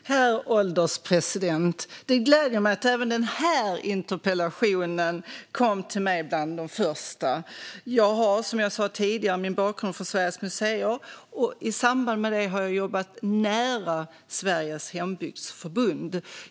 Herr ålderspresident! Det gläder mig att även den här interpellationen kom till mig bland de första. Jag har som jag sa tidigare min bakgrund från Sveriges Museer, och i samband med det har jag jobbat nära Sveriges Hembygdsförbund.